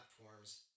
platforms